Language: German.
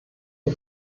die